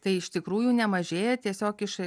tai iš tikrųjų nemažėja tiesiog iš